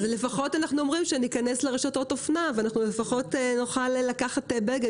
אז לפחות אנחנו אומרים שניכנס לרשתות אופנה ונוכל לקחת בגד